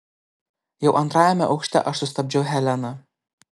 jau antrajame aukšte aš sustabdžiau heleną